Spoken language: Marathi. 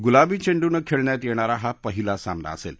गुलाबी चेंडून खेळण्यात येणारा हा पहिला सामना असेल